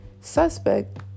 suspect